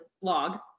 logs